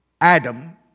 Adam